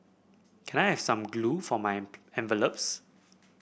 can I have some glue for my envelopes